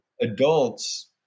Adults